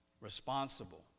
responsible